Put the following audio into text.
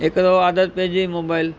हिकु त आदत पइजी वई मोबाइल